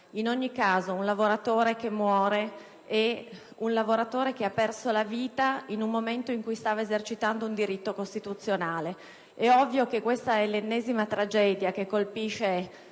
In ogni caso un lavoratore che muore è un lavoratore che ha perso la vita mentre stava esercitando un diritto costituzionale. Questa è l'ennesima tragedia che colpisce